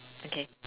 okay